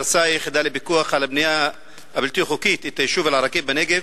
הרסה היחידה לפיקוח על הבנייה הבלתי-חוקית את היישוב אל-עראקיב בנגב,